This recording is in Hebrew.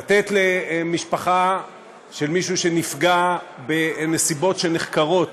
לתת למשפחה של מישהו שנפגע בנסיבות שנחקרות